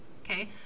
okay